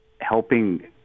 helping